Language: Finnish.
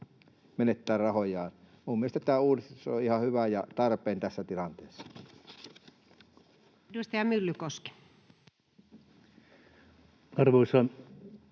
Mielestäni tämä uudistus on ihan hyvä ja tarpeen tässä tilanteessa.